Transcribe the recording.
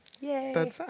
Yay